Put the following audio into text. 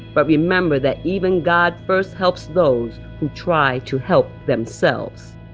but remember that even god first helps those who try to help themselves